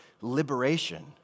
liberation